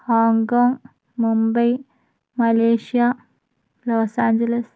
Hong Kong Mumbai Malaysia Los Angeles